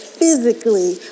physically